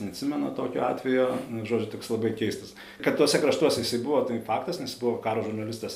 neatsimena tokio atvejo nu žodžiu toks labai keistas kad tuose kraštuose jisai buvo tai faktas nes jis buvo karo žurnalistas